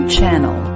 Channel